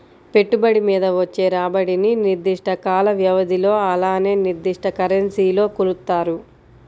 పెట్టుబడి మీద వచ్చే రాబడిని నిర్దిష్ట కాల వ్యవధిలో అలానే నిర్దిష్ట కరెన్సీలో కొలుత్తారు